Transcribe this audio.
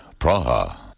Praha